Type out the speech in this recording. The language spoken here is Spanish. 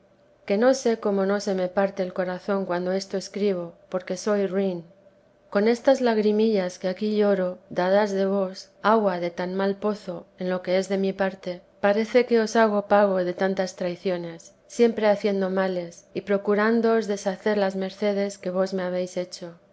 que no sé como no se me parte el corazón cuando esto escribo porque soy ruin con estas lagrimillas que aquí lloro dadas de vos agua de tan mal pozo en lo que es de mi parte parece que os hago pago de tantas vida de la santa madbe traiciones siempre haciendo males y procurándoos deshacer las mercedes que vos me habéis hecho